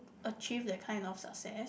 achieve that kind of success